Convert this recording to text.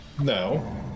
No